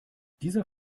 dieser